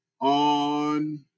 on